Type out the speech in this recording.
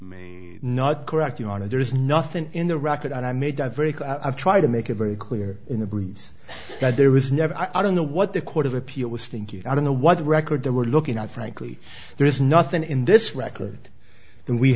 o not correct you on it there is nothing in the record i made that very clear i've tried to make it very clear in the briefs that there was never i don't know what the court of appeal was thinking i don't know what the record there were looking at frankly there is nothing in this record and we